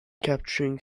capturing